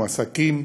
מועסקים,